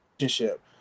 relationship